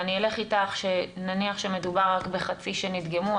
ואני אלך איתך שנניח שמדובר שחצי שנדגמו,